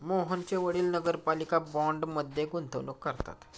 मोहनचे वडील नगरपालिका बाँडमध्ये गुंतवणूक करतात